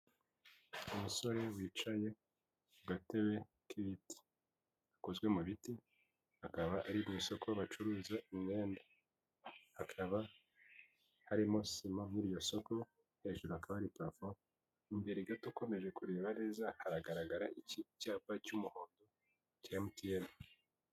Umusore wicaye ku gatebe k'ibiti. Gakozwe mu biti, akaba ari mu isoko bacuruza imyenda. Hakaba harimo sima muri iryo soko, hejuru hakaba hari parafo, imbere gato ukomeje kureba neza, hagaragara ikindi cyapa cy'umuhondo cya MTN.